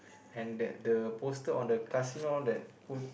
handbag the poster on the casino that put